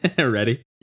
ready